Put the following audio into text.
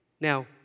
now